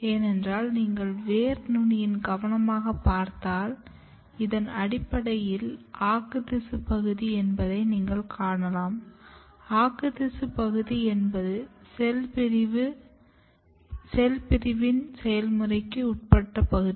ஏனென்றால் நீங்கள் வேர் நுனியை கவனமாகப் பார்த்தால் இது அடிப்படையில் ஆக்குத்திசு பகுதி என்பதை நீங்கள் காணலாம் ஆக்குத்திசு பகுதி என்பது செல் பிரிவின் செயல்முறைக்கு உட்பட்ட பகுதி